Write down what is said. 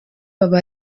baba